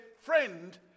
friend